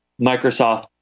Microsoft